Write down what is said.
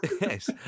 yes